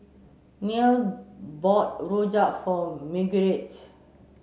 Neal bought Rojak for Marguerite